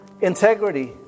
integrity